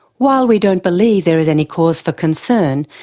while we don't believe there is any cause for concern,